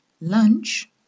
lunch